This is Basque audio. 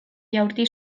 jaurti